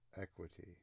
equity